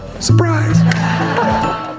Surprise